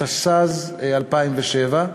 התשס"ז 2007,